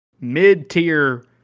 mid-tier